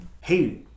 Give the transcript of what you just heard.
hey